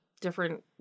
different